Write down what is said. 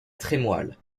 trémoille